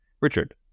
Richard